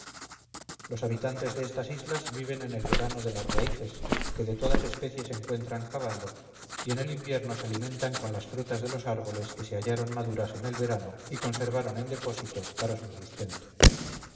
los habitantes de estas islas viven en el verano de las raíces que de todas especies encuentran cavando y en el invierno se alimentan con las frutas de los árboles que se hallaron maduras en el verano y conservaron en depósito para su sustento